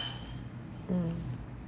mm